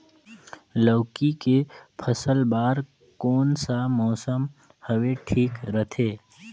लौकी के फसल बार कोन सा मौसम हवे ठीक रथे?